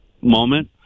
moment